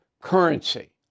currency